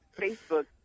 Facebook